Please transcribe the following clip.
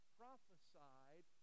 prophesied